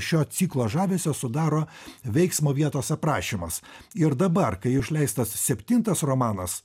šio ciklo žavesio sudaro veiksmo vietos aprašymas ir dabar kai išleistas septintas romanas